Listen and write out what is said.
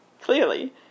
Clearly